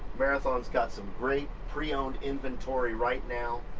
marathon's got some great pre-owned inventory right now.